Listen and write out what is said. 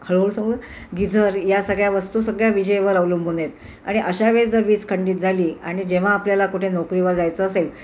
हळूहळू सर्व गिजर या सगळ्या वस्तू सगळ्या विजेवर अवलंबून आहेत आणि अशा वेळेस जर वीज खंडित झाली आणि जेव्हा आपल्याला कुठे नोकरीवर जायचं असेल